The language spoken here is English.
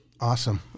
Awesome